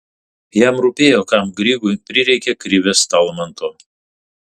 jam rūpėjo kam grygui prireikė krivės talmanto